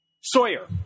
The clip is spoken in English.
Sawyer